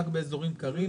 רק באזורים קרים,